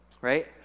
Right